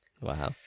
Wow